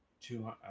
two